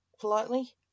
politely